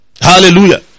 hallelujah